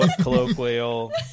colloquial